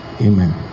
Amen